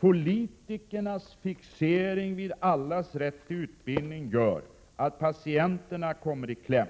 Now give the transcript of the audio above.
Politikernas fixering vid allas rätt till utbildning gör att patienterna kommer i kläm.